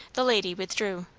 the lady withdrew.